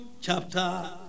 chapter